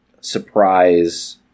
surprise